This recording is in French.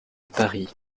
paris